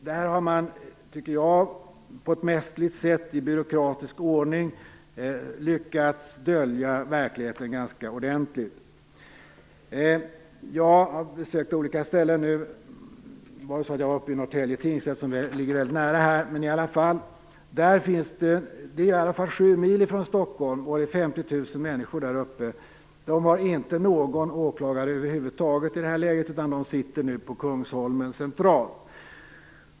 Där har man på ett mästerligt sätt i byråkratisk ordning lyckats dölja verkligheten ganska ordentligt. Jag har besökt olika ställen. Jag var t.ex. i Norrtälje tingsrätt, som ligger väldigt nära. Det är 7 mil från Stockholm, och det bor 50 000 människor där uppe. De har inte någon åklagare över huvud taget i det här läget, utan de sitter centralt på Kungsholmen.